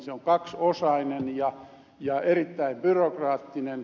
se on kaksiosainen ja erittäin byrokraattinen